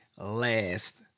last